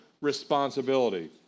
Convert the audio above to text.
responsibility